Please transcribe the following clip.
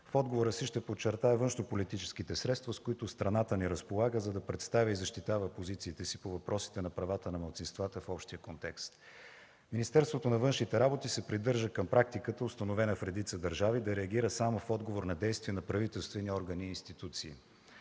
В отговора си ще подчертая външнополитическите средства, с които страната ни разполага, за да представя и защитава позициите си по въпросите на правата на малцинствата в общия контекст. Министерството на външните работи се придържа към практиката, установена в редица държави, да реагира само в отговор на действия на правителствени органи и институции.